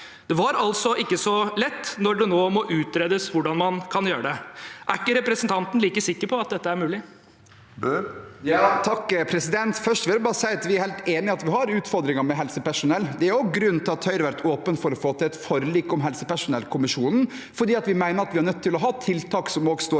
Det var altså ikke så lett – når det nå må utredes hvordan man kan gjøre det. Er ikke representanten like sikker på at dette er mulig? Erlend Svardal Bøe (H) Først vil jeg si at vi er helt enig i at vi har utfordringer med helsepersonell. Det er også grunnen til at Høyre har vært åpen for å få til et forlik om helsepersonellkommisjonen, for vi mener at vi er nødt til å ha tiltak som også står